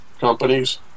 companies